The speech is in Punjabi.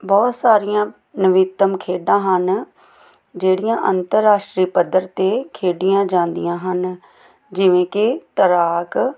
ਬਹੁਤ ਸਾਰੀਆਂ ਨਵੀਨਤਮ ਖੇਡਾਂ ਹਨ ਜਿਹੜੀਆਂ ਅੰਤਰਰਾਸ਼ਟਰੀ ਪੱਧਰ 'ਤੇ ਖੇਡੀਆਂ ਜਾਂਦੀਆਂ ਹਨ ਜਿਵੇਂ ਕਿ ਤੈਰਾਕ